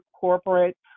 corporate